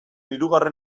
hirugarren